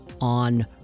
on